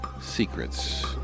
secrets